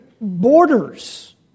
borders